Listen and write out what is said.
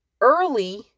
early